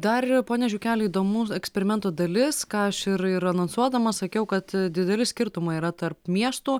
dar pone žiukeli įdomu eksperimento dalis ką aš ir ir anonsuodama sakiau kad dideli skirtumai yra tarp miestų